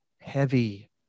heavy